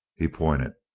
he pointed.